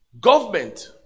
government